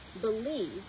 believe